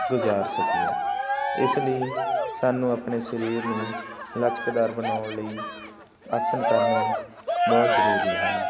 ਗੁਜ਼ਾਰ ਸਕੀਏ ਇਸ ਲਈ ਸਾਨੂੰ ਆਪਣੇ ਸਰੀਰ ਨੂੰ ਲਚਕਦਾਰ ਬਣਾਉਣ ਲਈ ਆਸਣ ਕਰਨੇ ਬਹੁਤ ਜ਼ਰੂਰੀ ਹਨ